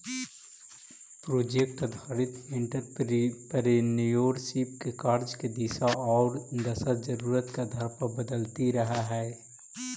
project आधारित entrepreneurship के कार्य के दिशा औउर दशा जरूरत के आधार पर बदलित रहऽ हई